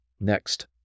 Next